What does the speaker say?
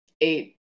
eight